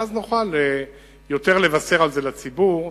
ואז נוכל יותר לבשר על זה לציבור,